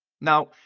Now